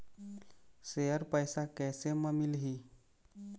Share पैसा कैसे म मिलही?